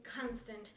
constant